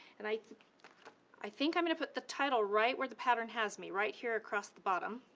and i i think i'm gonna put the title right where the pattern has me, right here across the bottom.